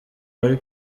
wari